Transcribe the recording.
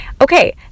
Okay